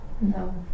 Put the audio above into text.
no